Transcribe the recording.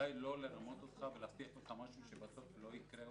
ובוודאי לא לרמות אותך ולהבטיח משהו שבסוף לא יקרה.